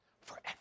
forever